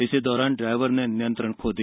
इसी दौरान ड्राइवर ने नियंत्रण खो दिया